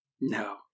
No